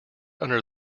under